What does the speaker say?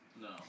No